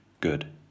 Good